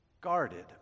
guarded